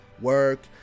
work